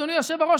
אדוני היושב-ראש,